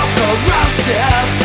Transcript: corrosive